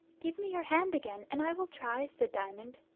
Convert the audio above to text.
give me your hand again, and i will, try said diamond.